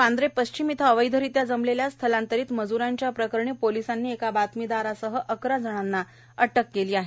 वांद्रे पश्चिम इथं अवैधरित्या जमलेल्या स्थलांतरित मज्रांच्या प्रकरणी पोलिसांनी एका बातमीदारासह अकरा जणांना अटक केली आहे